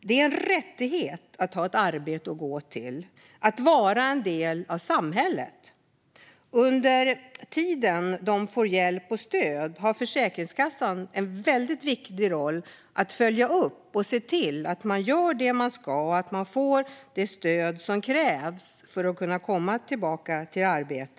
Det är en rättighet att ha ett arbete att gå till och att vara en del av samhället. Under tiden dessa människor får hjälp och stöd har Försäkringskassan en väldigt viktig roll för att följa upp och se till att man gör det man ska och att de får det stöd som krävs för att kunna komma tillbaka till arbetet.